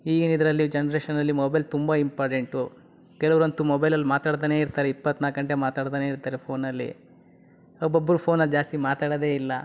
ಈಗಿನ ಇದರಲ್ಲಿ ಜನ್ರೇಷನಲ್ಲಿ ಮೊಬೈಲ್ ತುಂಬ ಇಂಪಾರ್ಟೆಂಟು ಕೆಲವರಂತೂ ಮೊಬೈಲಲ್ಲಿ ಮಾತಾಡ್ತನೇ ಇರ್ತಾರೆ ಇಪ್ಪತ್ನಾಲ್ಕು ಗಂಟೆ ಮಾತಾಡ್ತನೇ ಇರ್ತಾರೆ ಫೋನಲ್ಲಿ ಒಬ್ಬೊಬ್ಬರು ಫೋನಲ್ಲಿ ಜಾಸ್ತಿ ಮಾತಾಡೋದೇ ಇಲ್ಲ